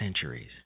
centuries